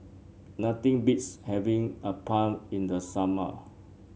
nothing beats having appam in the summer